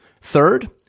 Third